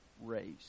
race